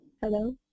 hello